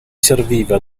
serviva